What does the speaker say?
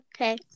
Okay